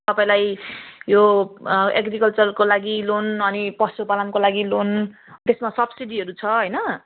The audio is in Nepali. तपाईँलाई यो एग्रिकल्चरको लागि लोन अनि पशुपालनको लागि लोन त्यसको सब्सिडीहरू छ होइन